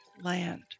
land